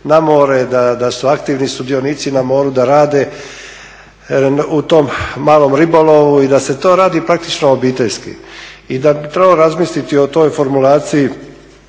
na more, da su aktivni sudionici na moru, da rade u tom malom ribolovu i da se to radi praktično obiteljski. Trebalo bi razmisliti o toj formulaciji